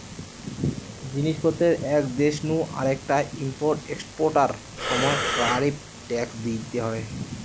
জিনিস পত্রের এক দেশ নু আরেকটায় ইম্পোর্ট এক্সপোর্টার সময় ট্যারিফ ট্যাক্স দিইতে হয়